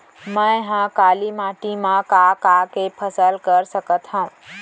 मै ह काली माटी मा का का के फसल कर सकत हव?